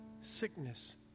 sickness